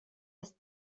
est